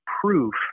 proof